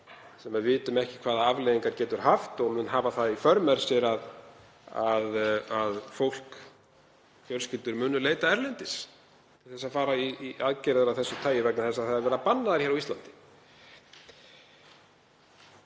sem við vitum ekki hvaða afleiðingar getur haft og mun hafa það í för með sér að fjölskyldur munu leita erlendis til að fara í aðgerðir af þessu tagi vegna þess að verið er að banna þær hér á Íslandi.